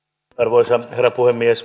arvoisa herra puhemies